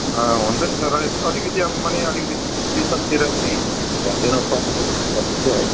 हुन्छ नि सर अलिकति अब माने अलिकति ट्युसनतिर पनि ध्यान दिनुपर्ने जस्तो लाग्दैछ है